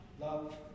love